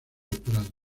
prado